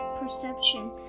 perception